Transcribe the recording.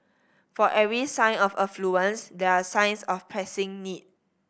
for every sign of affluence there are signs of pressing need